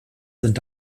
sind